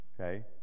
okay